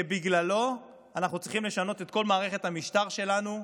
שבגללו אנחנו צריכים לשנות את כל מערכת המשטר שלנו,